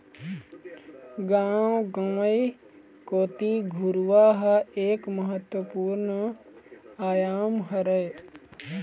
गाँव गंवई कोती घुरूवा ह एक महत्वपूर्न आयाम हरय